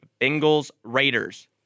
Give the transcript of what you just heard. Bengals-Raiders